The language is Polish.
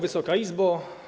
Wysoka Izbo!